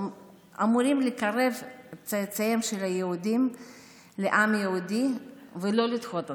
אמורים לקרב צאצאים של היהודים לעם היהודי ולא לדחות אותם.